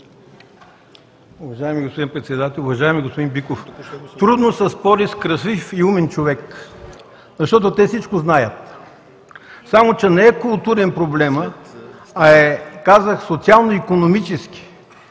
Уважаеми господин Председател! Уважаеми господин Биков, трудно се спори с красив и умен човек, защото те всичко знаят, само че не е културен проблемът, а е, казах – социално-икономически.